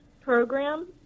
program